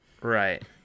Right